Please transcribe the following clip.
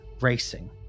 racing